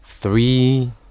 three